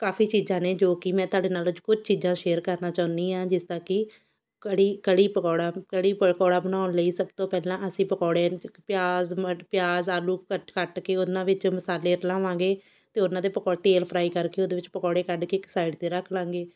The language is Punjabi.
ਕਾਫ਼ੀ ਚੀਜ਼ਾਂ ਨੇ ਜੋ ਕਿ ਮੈਂ ਤੁਹਾਡੇ ਨਾਲ ਅੱਜ ਕੁਝ ਚੀਜ਼ਾਂ ਸ਼ੇਅਰ ਕਰਨਾ ਚਾਹੁੰਦੀ ਹਾਂ ਜਿਸ ਤਰ੍ਹਾਂ ਕਿ ਕੜੀ ਕੜੀ ਪਕੌੜਾ ਕ ਕੜੀ ਪ ਪਕੌੜਾ ਬਣਾਉਣ ਲਈ ਸਭ ਤੋਂ ਪਹਿਲਾਂ ਅਸੀਂ ਪਕੌੜੇ 'ਚ ਇੱਕ ਪਿਆਜ਼ ਮਟ ਪਿਆਜ਼ ਆਲੂ ਕੱਟ ਕੱਟ ਕੇ ਉਹਨਾਂ ਵਿੱਚ ਮਸਾਲੇ ਰਲਾਵਾਂਗੇ ਅਤੇ ਉਹਨਾਂ ਦੇ ਪਕੌੜੇ ਤੇਲ ਫਰਾਈ ਕਰਕੇ ਉਹਦੇ ਵਿੱਚ ਪਕੌੜੇ ਕੱਢ ਕੇ ਇੱਕ ਸਾਈਡ 'ਤੇ ਰੱਖ ਲਵਾਂਗੇ